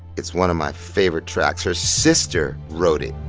it's one of my favorite tracks. her sister wrote it